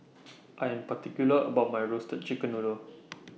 I Am particular about My Roasted Chicken Noodle